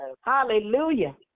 Hallelujah